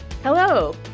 Hello